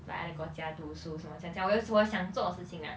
like other 国家读书什么这样这样我有我想做的事情 lah